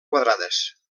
quadrades